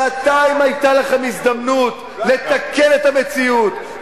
שנתיים היתה לכם הזדמנות לתקן את המציאות,